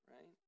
right